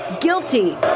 guilty